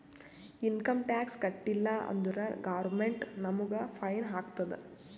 income tax ಕಟ್ಟೀಲ ಅಂದುರ್ government ನಮುಗ್ ಫೈನ್ ಹಾಕ್ತುದ್